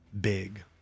big